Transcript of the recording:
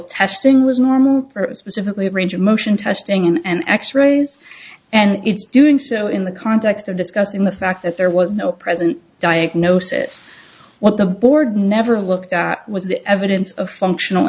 testing was normal for specifically a range of motion testing and x rays and it's doing so in the context of discussing the fact that there was no present diagnosis what the board never looked at was the evidence of functional